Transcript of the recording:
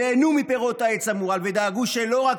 נהנו מפירות העץ המורעל ודאגו שלא רק